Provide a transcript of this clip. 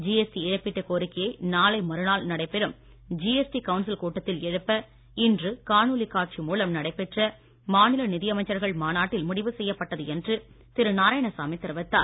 GST இழப்பீட்டு கோரிக்கையை நாளை மறுநாள் நடைபெறும் ஜிஎஸ்டி கவுன்சில் கூட்டத்தில் எழுப்ப இன்று காணொலி காட்சி மூலம் நடைபெற்ற மாநில நிதியமைச்சர்கள் மாநாட்டில் முடிவு செய்யப்பட்டது என்று திரு நாராணசாமி தெரிவித்தார்